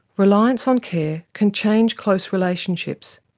reliance on care can change close relationships.